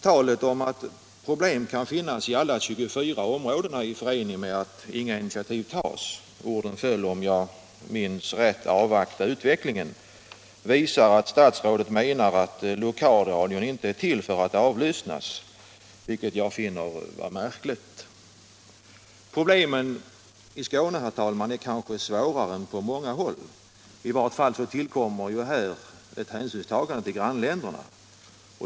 Talet om att problem kan finnas i alla 24 områdena i förening med beskedet om att inga initiativ tas — orden föll, om jag minns rätt, att man bör ”avvakta utvecklingen” — visar att statsrådet menar att lokalradion inte är till för att avlyssnas, vilket jag finner märkligt. Problemen i Skåne, herr talman, är kanske svårare än på många håll. I vart fall tillkommer där ett hänsynstagande till grannländerna.